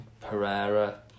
Pereira